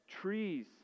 trees